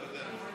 לא יודע.